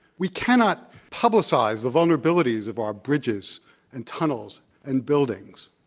we cannot publicize the vulnerabilities of our bridges and tunnels and buildings.